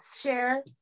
share